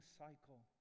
cycle